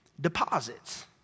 deposits